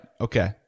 Okay